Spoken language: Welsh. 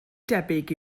debyg